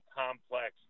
complex